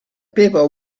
people